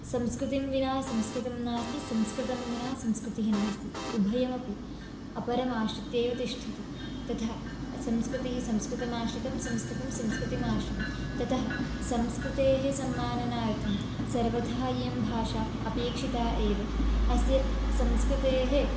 संस्कृतिं विना संस्कृतं नास्ति संस्कृतं विना संस्कृतिः नास्ति उभयमपि अपरम् आश्रित्येव तिष्ठति तथा संस्कृतिः संस्कृतमाश्रितं संस्कृतं संस्कृतिम् आश्रितं ततः संस्कृतेः सम्मानार्थं सर्वथा इयं भाषा अपेक्षिता एव अस्य संस्कृतेः